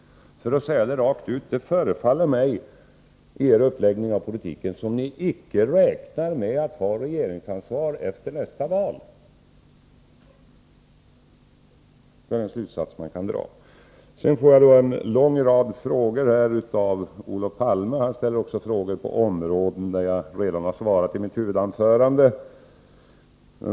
För att säga det rent ut: Det förefaller mig som om ni, med er uppläggning av politiken, icke räknar med att ha regeringsansvar efter nästa val. Det är den slutsats man kan dra. Sedan fick jag en lång rad frågor av Olof Palme. Han ställde frågor också på områden där jag redan givit svar i mitt huvudanförande.